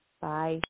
Bye